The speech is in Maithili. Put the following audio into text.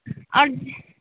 आओर